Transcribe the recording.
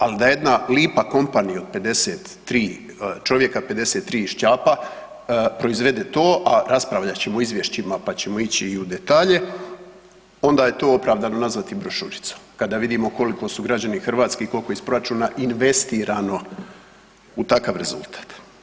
Ali da jedna lipa kompanija od 53 čovjeka, 53 ščapa proizvede to a raspravljat ćemo o izvješćima pa ćemo ići i u detalje, onda je to opravdano nazvati brošuricom, kada vidimo koliko su građani Hrvatske i koliko je iz proračuna investirano u takav rezultat.